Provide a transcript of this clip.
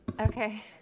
Okay